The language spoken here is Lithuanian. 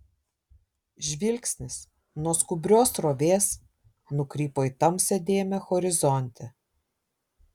žvilgsnis nuo skubrios srovės nukrypo į tamsią dėmę horizonte